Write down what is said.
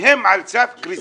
הם על סף קריסה.